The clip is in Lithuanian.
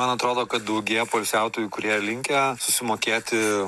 man atrodo kad daugėja poilsiautojų kurie linkę susimokėti